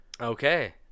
Okay